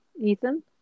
Ethan